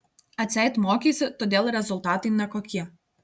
atseit mokeisi todėl rezultatai nekokie